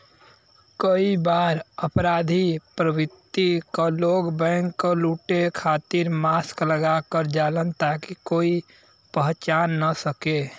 कई बार अपराधी प्रवृत्ति क लोग बैंक क लुटे खातिर मास्क लगा क जालन ताकि कोई पहचान न सके